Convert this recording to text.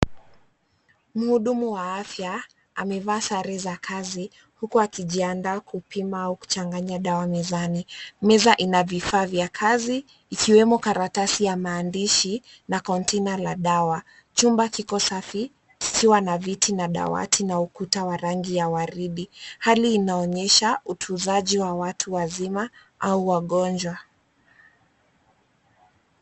Muhudumu wa afya amevaa sare za kazi huku akijiandaa kupima au kuchanganya dawa mezani. Meza ina vifaa vya kazi ikiwemo karatasi ya maandishi na container la dawa. Chumba kiko safi kikiwa na viti na dawati na ukuta wa rangi ya waridi. Hali inaonyesha utuzaji wa watu wazima au wagonjwa.